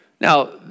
Now